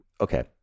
okay